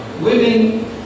women